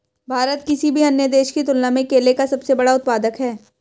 भारत किसी भी अन्य देश की तुलना में केले का सबसे बड़ा उत्पादक है